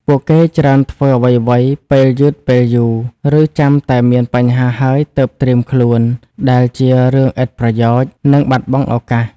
ពួកគេច្រើនធ្វើអ្វីៗពេលយឺតពេលយូរ ឬចាំតែមានបញ្ហាហើយទើបត្រៀមខ្លួន ដែលជារឿងឥតប្រយោជន៍ និងបាត់បង់ឱកាស។